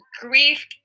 grief